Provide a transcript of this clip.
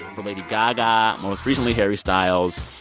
for lady gaga, most recently harry styles.